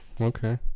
Okay